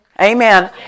Amen